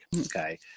okay